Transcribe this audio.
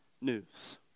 news